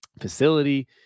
facility